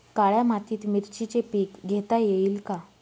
काळ्या मातीत मिरचीचे पीक घेता येईल का?